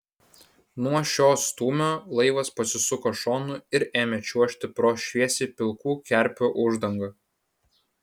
nuo šio stūmio laivas pasisuko šonu ir ėmė čiuožti pro šviesiai pilkų kerpių uždangą